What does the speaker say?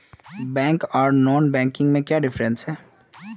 Bank आर non banking में क्याँ डिफरेंस है?